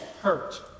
hurt